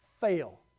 fail